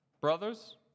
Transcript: brothers